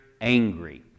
angry